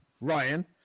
ryan